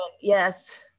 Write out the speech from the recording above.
yes